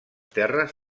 terres